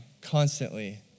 constantly